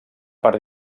per